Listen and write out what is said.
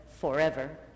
forever